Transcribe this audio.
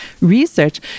research